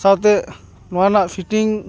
ᱥᱟᱶᱛᱮ ᱱᱚᱣᱟ ᱨᱮᱱᱟᱜ ᱯᱷᱤᱴᱤᱝ